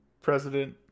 president